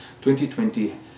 2020